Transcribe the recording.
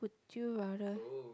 you rather